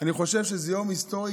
אני חושב שזה יום היסטורי,